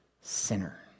sinner